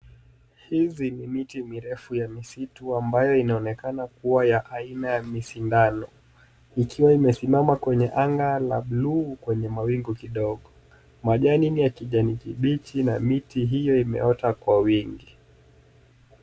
Hizi ni miti mirefu ya misitu ambayo inaonekana kuwa ya aina ya misindano, ikiwa imesimama kwenye anga la buluu kwenye mawingu kidogo. Majani ni ya kijani kibichi na miti hiyo imeota kwa wingi.